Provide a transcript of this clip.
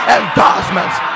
endorsements